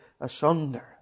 asunder